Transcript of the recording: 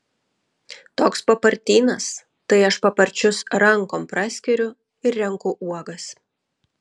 toks papartynas tai aš paparčius rankom praskiriu ir renku uogas